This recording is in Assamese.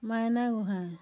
মাইনা গোহাঁই